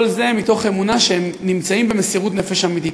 כל זה מתוך אמונה שהם נמצאים במסירות נפש אמיתית.